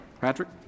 Patrick